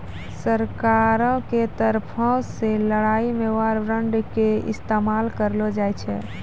सरकारो के तरफो से लड़ाई मे वार बांड के इस्तेमाल करलो जाय छै